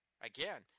Again